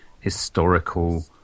historical